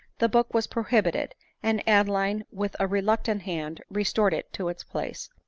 the book was prohibited and adeline, with a reluctant hand, restored it to its place.